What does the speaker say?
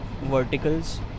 verticals